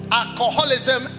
alcoholism